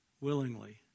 willingly